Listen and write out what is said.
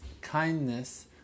kindness